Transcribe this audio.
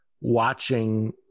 watching